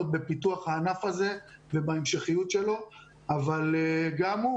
בפיתוח הענף הזה ובהמשכיות שלו אבל גם הוא,